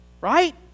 Right